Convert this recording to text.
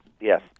Yes